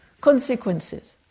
consequences